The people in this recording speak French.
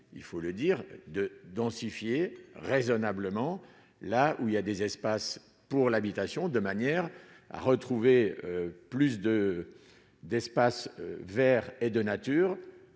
il faut le dire de densifier raisonnablement là où il y a des espaces pour l'habitation, de manière à retrouver plus de d'espaces verts et de nature